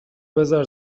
بزار